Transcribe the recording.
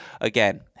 again